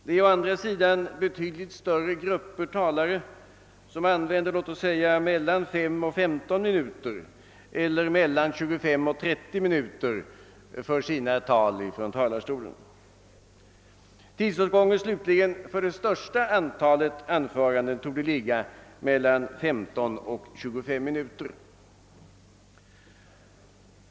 Det är å andra sidan en betydligt större grupp som använder låt oss säga 5—15 minuter eller 25—30 minuter för sina anföranden från talarstolen. Tidsåtgången slutligen för det största antalet anföranden torde ligga mellan 15 och 25 minuter.